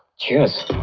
cheers!